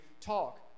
talk